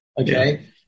Okay